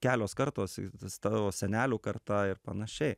kelios kartos egzistavo senelių karta ir panašiai